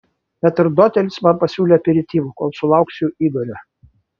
metrdotelis man pasiūlė aperityvo kol sulauksiu igorio